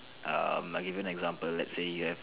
um a given example let's say you have